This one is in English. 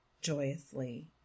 joyously